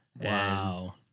wow